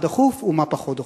מה דחוף ומה פחות דחוף.